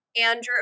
Andrew –